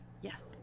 Yes